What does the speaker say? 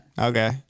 okay